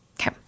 Okay